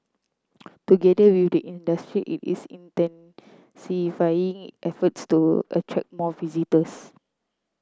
together with the industry it is intensifying efforts to attract more visitors